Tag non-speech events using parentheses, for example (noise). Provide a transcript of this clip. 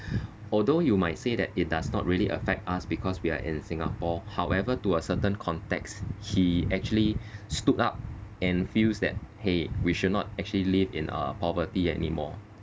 although you might say that it does not really affect us because we are in singapore however to a certain context he actually (breath) stood up and feels that !hey! we should not actually live in uh poverty anymore